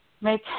make